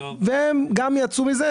והם גם יצאו מזה.